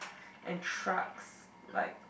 and trucks like